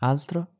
Altro